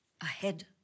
ahead